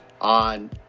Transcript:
on